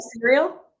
cereal